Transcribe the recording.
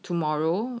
tomorrow